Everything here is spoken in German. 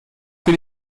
für